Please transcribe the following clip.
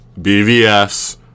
BVS